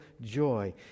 joy